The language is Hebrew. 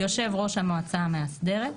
"יושב ראש המועצה המאסדרת,